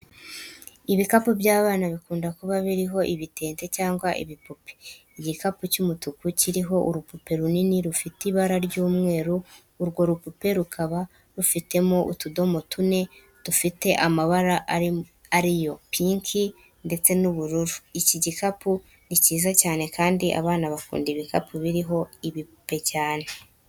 Ibikapu by'abana bikunda kuba biriho ibitente cyangwa ibipupe. Igikapu cy'umutuku kiriho urupupe runini rufite ibara ry'umweru, urwo rupupe rukaba rufitemo utudomo tune dufite amabara ari yo pinki ndetse n'ubururu. Iki gikapu ni cyiza cyane kandi abana bakunda ibikapu biriho ibipupe cyane.